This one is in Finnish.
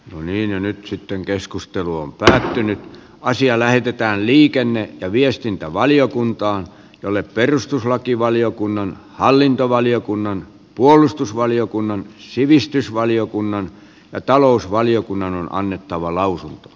valmiina nyt sitten keskustelu on pysähtynyt asia lähetetään liikenne ja viestintävaliokuntaan jolle perustuslakivaliokunnan hallintovaliokunnan puolustusvaliokunnan sivistysvaliokunnan ja hymyillen eteenpäin